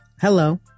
Hello